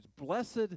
Blessed